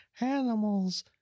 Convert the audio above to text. animals